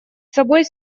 собой